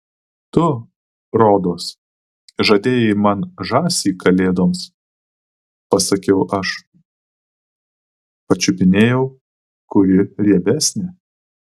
tu rodos žadėjai man žąsį kalėdoms pasakiau aš pačiupinėjau kuri riebesnė